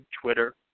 Twitter